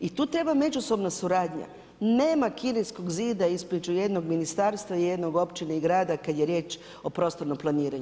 I tu treba međusobna suradnja, nema Kineskog zida između jednog ministarstva i jedne općine i grada kad je riječ o prostornom planiranju.